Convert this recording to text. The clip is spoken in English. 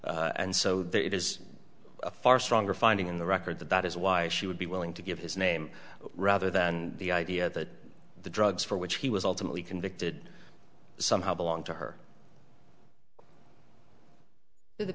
and so there it is a far stronger finding in the record that that is why she would be willing to give his name rather than the idea that the drugs for which he was ultimately convicted somehow belong to her